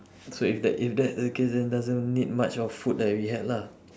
so if that if that's the case then doesn't need much of food that we had lah